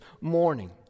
morning